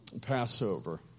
Passover